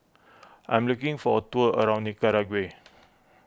I'm looking for a tour around Nicaragua